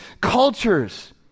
cultures